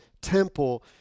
temple